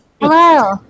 hello